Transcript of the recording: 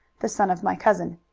the son of my cousin.